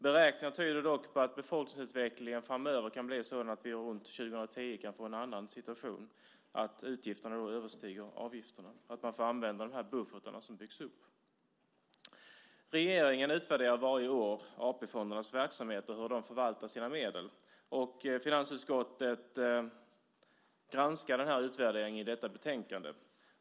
Beräkningar tyder dock på att befolkningsutvecklingen framöver kan bli sådan att vi omkring år 2010 kan få en annan situation och att utgifterna då överstiger avgifterna och att man får använda de buffertar som har byggts upp. Regeringen utvärderar varje år AP-fondernas verksamheter och hur de förvaltar sina medel. Och finansutskottet granskar denna utvärdering i detta betänkande.